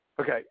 Okay